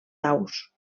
daus